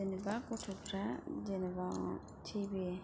जेनेबा गथ'फोरा जेनेबा टिभि